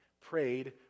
prayed